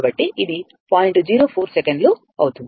04 సెకన్లు అవుతుంది